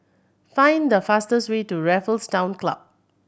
find the fastest way to Raffles Town Club